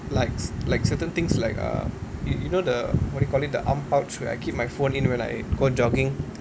likes likes certain things like um you you know the what you call it the arm pouch where I keep my phone in when I go and jogging